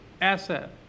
asset